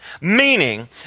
meaning